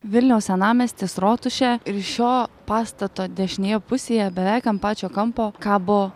vilniaus senamiestis rotušė ir šio pastato dešinėje pusėje beveik ant pačio kampo kabo